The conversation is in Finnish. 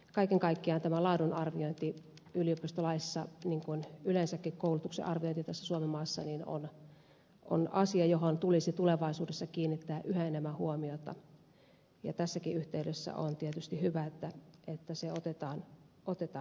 kaiken kaikkiaan tämä laadunarviointi yliopistolaissa niin kuin yleensäkin koulutuksen arviointi tässä suomen maassa on asia johon tulisi tulevaisuudessa kiinnittää yhä enemmän huomiota ja tässäkin yhteydessä on tietysti hyvä että se otetaan huomioon